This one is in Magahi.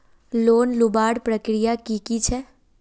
लोन लुबार प्रक्रिया की की छे?